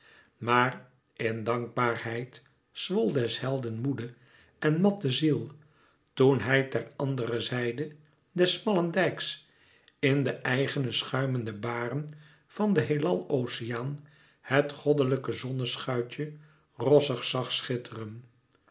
maar in dankbaarheid zwol des helden moede en matte ziel toen hij ter andere zijde des smallen dijks in de eigene schuimende baren van den heelal oceaan het goddelijke zonneschuitje rossig zag schitteren